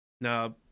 Now